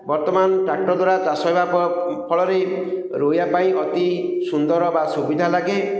ବର୍ତ୍ତମାନ ଟ୍ରାକ୍ଟର ଦ୍ୱାରା ଚାଷ ହେବା ଫଳରେ ରୋଇବା ପାଇଁ ଅତି ସୁନ୍ଦର ବା ସୁବିଧା ଲାଗେ